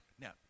now